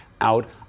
out